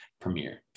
premiere